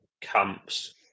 Camps